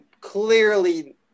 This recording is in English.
clearly